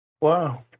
Wow